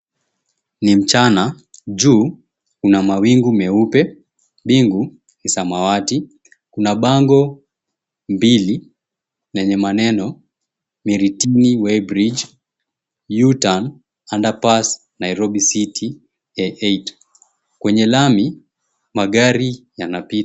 Ni mchana, juu kuna mawingu meupe, mbingu ni samawati kuna bango mbili lenye maneno, Miritini Weighbridge U-Turn Underpass Nairobi City A8. Kwenye lami magari yanapita.